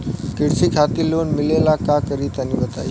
कृषि खातिर लोन मिले ला का करि तनि बताई?